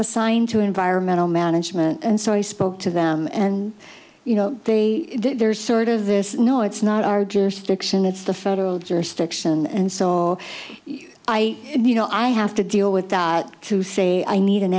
assigned to environmental management and so i spoke to them and you know there's sort of this no it's not our jurisdiction it's the federal jurisdiction and saw i you know i have to deal with that to say i need an